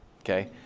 Okay